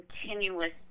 continuous